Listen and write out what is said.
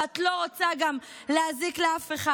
ואת לא רוצה גם להזיק לאף אחד.